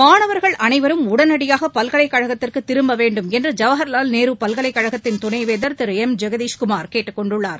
மாணவர்கள் அனைவரும் உடனடியாக பல்கலைக் கழகத்திற்கு திரும்ப வேண்டும் என்று ஜவஹர்லால் நேரு பல்கலைக் கழகத்தின் துணைவேந்தர் திரு எம் ஜெகதேஷ்குமார் கேட்டுக் கொண்டுள்ளார்